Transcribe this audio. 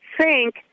sink